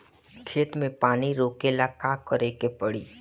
खेत मे पानी रोकेला का करे के परी?